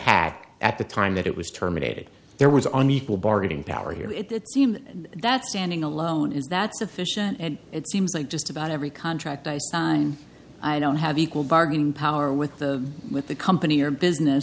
hack at the time that it was terminated there was an equal bargaining power here it seems that standing alone is that sufficient and it seems like just about every contract i signed i don't have equal bargaining power with the with the company or business